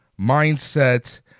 mindset